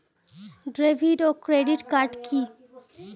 David ও credit card কি?